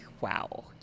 wow